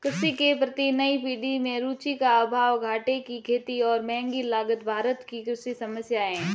कृषि के प्रति नई पीढ़ी में रुचि का अभाव, घाटे की खेती और महँगी लागत भारत की कृषि समस्याए हैं